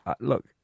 look